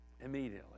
immediately